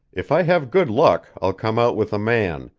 if i have good luck, i'll come out with a man,